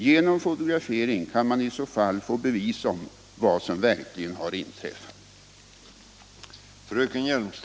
Genom fotografering kan man i så fall få bevis om vad som verkligen har inträffat.